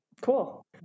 Cool